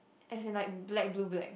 as in like black blue black